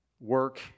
work